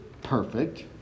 perfect